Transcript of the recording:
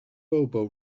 bobo